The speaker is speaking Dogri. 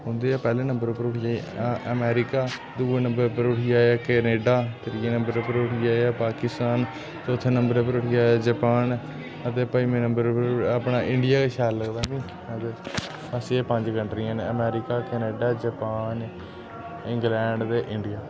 उं'दे च पैह्ले नम्बर उपर उठी आया अमरीका दुए नम्बर उपर उठी आया कनेडा त्रिऐ नम्बर उप्पर उठी आया पाकिस्तान चौथे नम्बर उपर उठी आया जपान ते पंजमें नम्बर पर अपना इंडिया गै शैल लगदा मि बस एह् पंज कंन्ट्रियां न America Canada Japan England India